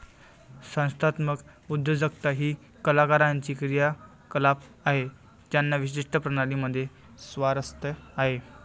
संस्थात्मक उद्योजकता ही कलाकारांची क्रियाकलाप आहे ज्यांना विशिष्ट प्रणाली मध्ये स्वारस्य आहे